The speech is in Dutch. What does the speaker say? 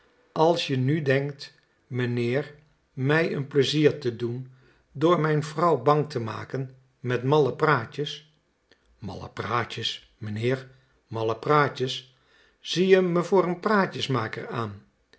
als je nu denkt meneer mij een pleizier te doen door mijn vrouw bang te maken met malle praatjes malle praatjes meneer malle praatjes zie je me voor een praatjesmaker aan